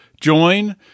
join